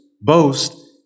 boast